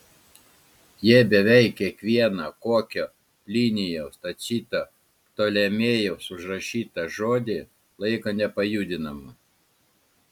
jie beveik kiekvieną kokio plinijaus tacito ptolemėjaus užrašytą žodį laiko nepajudinamu